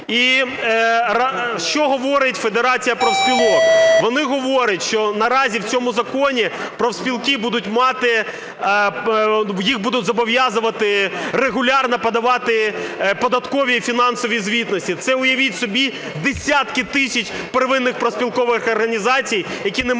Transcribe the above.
І, що говорить Федерація профспілок? Вони говорять, що наразі в цьому законі профспілки будуть мати, їх будуть зобов'язувати регулярно подавати податкові і фінансові звітності. Це, уявіть собі, десятки тисяч первинних профспілкових організацій, які не мають